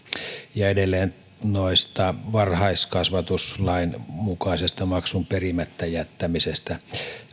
ja edelleen varhaiskasvatuslain mukaisesta maksun perimättä jättämisestä